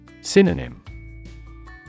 Synonym